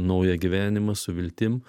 naują gyvenimą su viltim